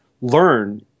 Learn